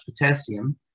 potassium